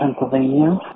Pennsylvania